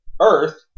Earth